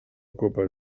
copa